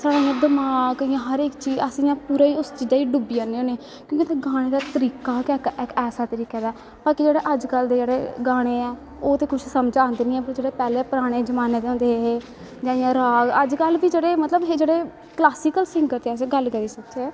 साढ़ा इयां दमाक हर इक चीज़ अस इयां उस चीजा च पूरा इयां डुब्बी जन्ने होने क्योंकि गाने दा इक ऐसा तरीके दा ताकि जेह्ड़े अज कल दे जेह्ड़े गाने ऐ ओह् ते कुश समझा आंदे नी हैन पर जेह्ड़े पैह्ले पराने जमाने दे होंदे हे जां इयां राग अज कल इयां जेह्ड़े क्लासिकल सिगर दी अस गल्ल करी सकचै